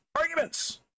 arguments